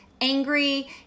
angry